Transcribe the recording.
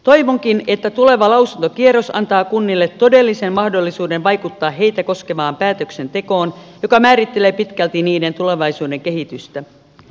toivonkin että tuleva lausuntokierros antaa kunnille todellisen mahdollisuuden vaikuttaa heitä koskevaan päätöksentekoon joka määrittelee pitkälti niiden tulevaisuuden kehitystä